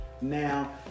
Now